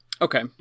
okay